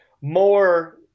more